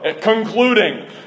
concluding